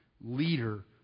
leader